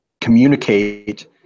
communicate